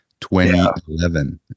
2011